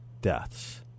deaths